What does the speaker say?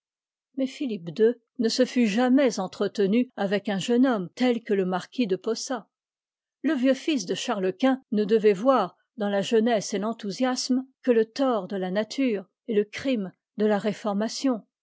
ii ne se fût jamais entretenu avec un jeune homme tel que le marquis de posa le vieux fils de chartes quint ne devait voir dans la jeunesse et l'enthousiasme que te tort de la nature et le crime de la réformation